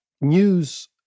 news